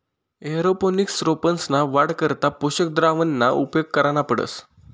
aeroponics रोपंसना वाढ करता पोषक द्रावणना उपेग करना पडस